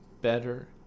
better